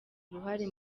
uruhare